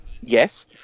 Yes